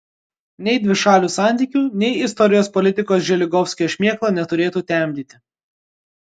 nei dvišalių santykių nei istorijos politikos želigovskio šmėkla neturėtų temdyti